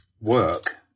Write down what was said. work